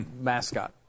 mascot